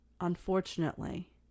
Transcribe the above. unfortunately